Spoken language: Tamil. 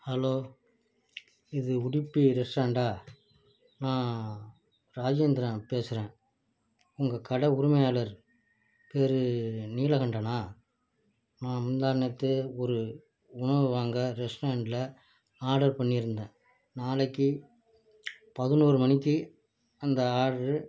ஹலோ இது உடுப்பி ரெஸ்ட்டாரெண்டா நான் ராஜேந்திரன் பேசறேன் உங்கள் கடை உரிமையாளர் பேர் நீலகண்டனா நான் முந்தா நேற்று ஒரு உணவு வாங்க ரெஸ்ட்டாரெண்டில் ஆர்டர் பண்ணியிருந்தேன் நாளைக்கு பதினோரு மணிக்கு அந்த ஆர்டரு